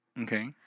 Okay